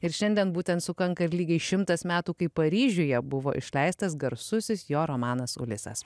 ir šiandien būtent sukanka ir lygiai šimtas metų kai paryžiuje buvo išleistas garsusis jo romanas ulisas